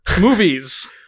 Movies